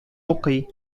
укый